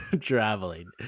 traveling